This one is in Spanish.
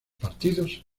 partidos